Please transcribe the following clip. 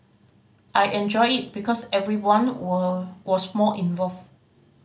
I enjoyed it because everyone were was more involved